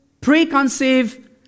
preconceived